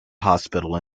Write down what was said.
hospital